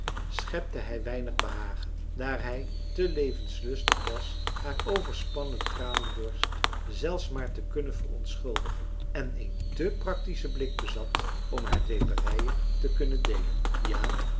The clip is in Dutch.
schepte hij weinig behagen daar hij te levenslustig was haar overspannen tranendorst zelfs maar te kunnen verontschuldigen en een te practischen blik bezat om haar dweperijen te kunnen deelen ja